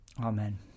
Amen